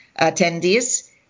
attendees